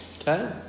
Okay